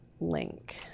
link